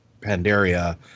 Pandaria